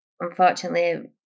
Unfortunately